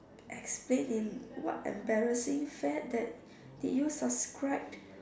explain in what embarrassing fad that did you subscribe